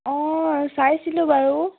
অঁ চাইছিলোঁ বাৰু